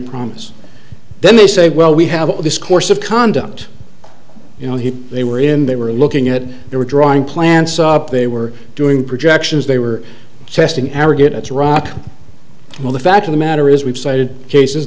promise then they say well we have all this course of conduct you know he they were in they were looking at they were drawing plants up they were doing projections they were testing aggregate at the rock well the fact of the matter is we've cited cases